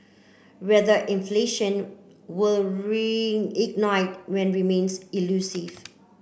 whether inflation will reignite when remains elusive